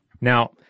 Now –